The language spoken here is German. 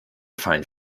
gefallen